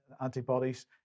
antibodies